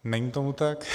Není tomu tak.